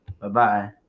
Bye-bye